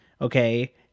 okay